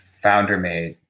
founder made,